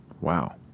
Wow